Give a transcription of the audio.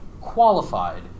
qualified